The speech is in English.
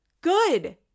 good